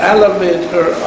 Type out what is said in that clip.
elevator